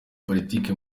politike